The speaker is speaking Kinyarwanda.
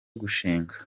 gushinga